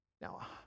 Now